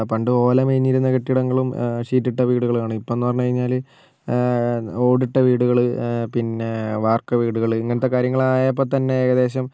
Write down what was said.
പണ്ട് ഓല മേഞ്ഞിരുന്ന കെട്ടിടങ്ങളും ഷീറ്റിട്ട വീടുകളും ആണ് ഇപ്പം എന്ന് പറഞ്ഞ് കഴിഞ്ഞാൽ ഓടിട്ട വീടുകൾ പിന്നെ വാർക്ക വീടുകൾ ഇങ്ങനത്തെ കാര്യങ്ങൾ ആയപ്പത്തന്നെ ഏകദേശം